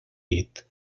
dit